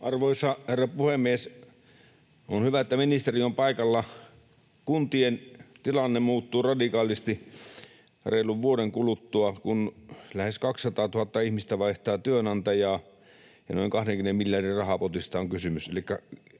Arvoisa herra puhemies! On hyvä, että ministeri on paikalla. — Kuntien tilanne muuttuu radikaalisti reilun vuoden kuluttua, kun lähes 200 000 ihmistä vaihtaa työnantajaa ja noin 20 miljardin rahapotista on kysymys,